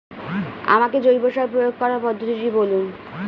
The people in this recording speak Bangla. আমাকে জৈব সার প্রয়োগ করার পদ্ধতিটি বলুন?